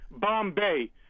Bombay